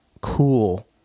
cool